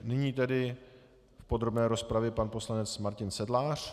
Nyní tedy v podrobné rozpravě pan poslanec Martin Sedlář.